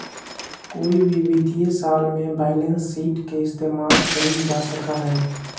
कोई भी वित्तीय साल में बैलेंस शीट के इस्तेमाल कइल जा सका हई